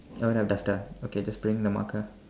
you don't have duster okay just bring the marker